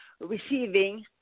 Receiving